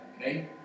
Okay